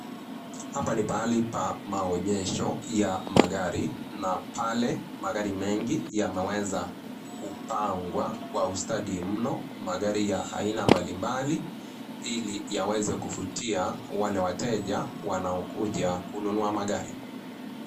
Hapa ni pahali pa maonyesho ya magari na pale magari mengi yameweza kupangwa kwa ustadi mno magari ya aina mbalimbali, ili yaweze kuvutia wale wateja wanaokuja kununua magari.